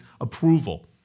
approval